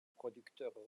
producteurs